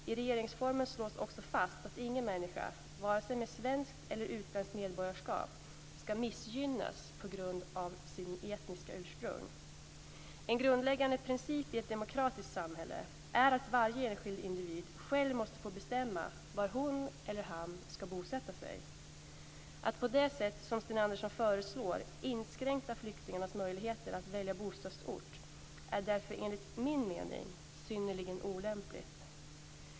I regeringsformen slås också fast att ingen människa, vare sig med svenskt eller utländskt medborgarskap, ska missgynnas på grund av sitt etniska ursprung. En grundläggande princip i ett demokratiskt samhälle är att varje enskild individ själv måste få bestämma var hon eller han ska bosätta sig. Att på det sätt som Sten Andersson föreslår inskränka flyktingars möjligheter att välja bostadsort är därför enligt min mening synnerligen olämpligt.